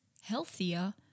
healthier